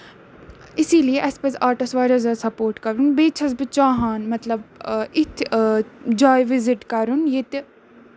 اِسی لیے اَسہِ پَزِ آرٹَس واریاہ زیادٕ سپروٹ کَرُن بیٚیہِ چھَس بہٕ چاہان مطلب یِتھِ جایہِ مطلب وِزِٹ کَرُن ییٚتہِ